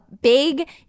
big